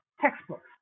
textbooks